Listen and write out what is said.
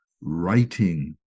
writing